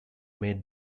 made